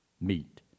meet